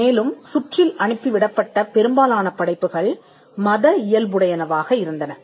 மேலும் சுற்றில் அனுப்பி விடப்பட்ட பெரும்பாலான படைப்புகள் மத இயல்புடையனவாக இருந்தன